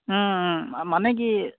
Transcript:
মানে কি